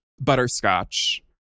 butterscotch